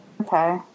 okay